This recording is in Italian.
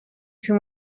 sui